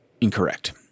incorrect